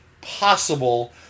possible